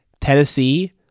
Tennessee